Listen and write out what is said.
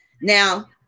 Now